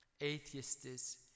Atheists